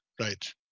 right